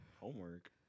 Homework